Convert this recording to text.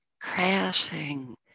crashing